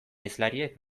hizlariek